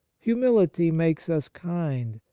humility makes us kind,